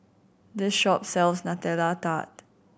this shop sells Nutella Tart